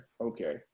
okay